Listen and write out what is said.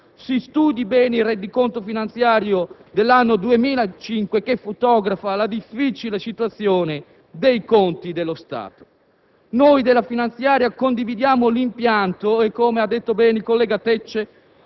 si studi bene il rendiconto finanziario dell'anno 2005, che fotografa la difficile situazione dei conti dello Stato. Condividiamo l'impianto della finanziaria e, come ha detto bene il collega Tecce,